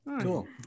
Cool